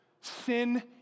Sin